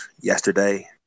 yesterday